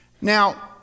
Now